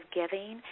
giving